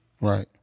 Right